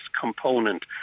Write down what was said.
component